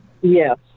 Yes